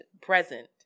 present